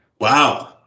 Wow